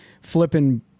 flipping